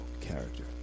character